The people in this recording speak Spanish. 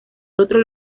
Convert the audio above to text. otro